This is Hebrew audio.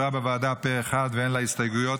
אושרה בוועדה פה אחד ואין לה הסתייגויות,